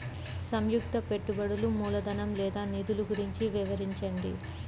సంయుక్త పెట్టుబడులు మూలధనం లేదా నిధులు గురించి వివరించండి?